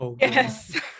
Yes